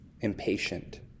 impatient